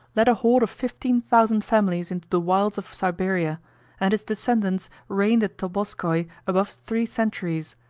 led a horde of fifteen thousand families into the wilds of siberia and his descendants reigned at tobolskoi above three centuries,